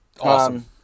awesome